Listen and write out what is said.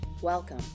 Welcome